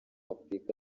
afurika